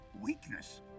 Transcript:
weakness